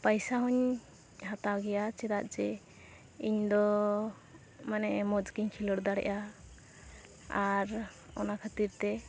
ᱯᱟᱭᱥᱟ ᱦᱚᱸᱧ ᱦᱟᱛᱟᱣ ᱜᱮᱭᱟ ᱪᱮᱫᱟᱜ ᱡᱮ ᱤᱧᱫᱚ ᱢᱟᱱᱮ ᱢᱚᱡᱽ ᱜᱮᱧ ᱠᱷᱮᱞᱳᱰ ᱫᱟᱲᱮᱜᱼᱟ ᱟᱨ ᱚᱱᱟ ᱠᱷᱟᱹᱛᱤᱨ ᱛᱮ